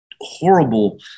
horrible